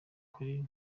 kuri